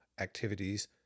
activities